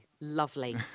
Lovely